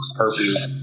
purpose